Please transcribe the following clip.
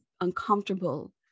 uncomfortable